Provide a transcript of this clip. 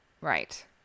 Right